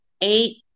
eight